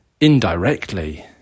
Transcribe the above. indirectly